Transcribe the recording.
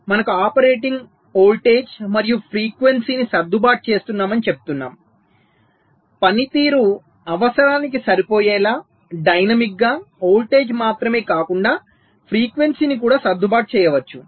మనము operating voltage మరియు ఫ్రీక్వెన్సీని సర్దుబాటు చేస్తున్నామని చెప్తున్నాము పనితీరు అవసరానికి సరిపోయేలా డైనమిక్గా వోల్టేజ్ మాత్రమే కాకుండా ఫ్రీక్వెన్సీని కూడా సర్దుబాటు చేయవచ్చు